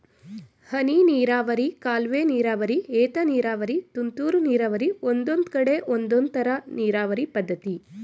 ಹನಿನೀರಾವರಿ ಕಾಲುವೆನೀರಾವರಿ ಏತನೀರಾವರಿ ತುಂತುರು ನೀರಾವರಿ ಒಂದೊಂದ್ಕಡೆ ಒಂದೊಂದ್ತರ ನೀರಾವರಿ ಪದ್ಧತಿ